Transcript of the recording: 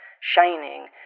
shining